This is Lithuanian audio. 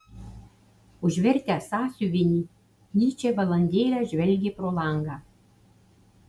užvertęs sąsiuvinį nyčė valandėlę žvelgė pro langą